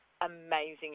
amazing